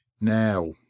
now